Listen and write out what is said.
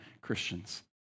Christians